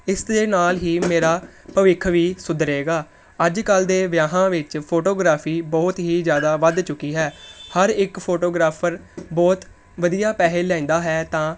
ਇਸ ਦੇ ਨਾਲ ਹੀ ਮੇਰਾ ਭਵਿੱਖ ਵੀ ਸੁਧਰੇਗਾ ਅੱਜ ਕੱਲ੍ਹ ਦੇ ਵਿਆਹਾਂ ਵਿੱਚ ਫੋਟੋਗ੍ਰਾਫ਼ੀ ਬਹੁਤ ਹੀ ਜ਼ਿਆਦਾ ਵੱਧ ਚੁੱਕੀ ਹੈ ਹਰ ਇੱਕ ਫੋਟੋਗ੍ਰਾਫ਼ਰ ਬਹੁਤ ਵਧੀਆ ਪੈਸੇ ਲੈਂਦਾ ਹੈ ਤਾਂ